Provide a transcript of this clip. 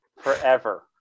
forever